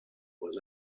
was